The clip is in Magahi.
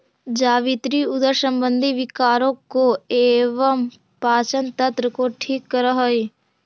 जावित्री उदर संबंधी विकारों को एवं पाचन तंत्र को ठीक करअ हई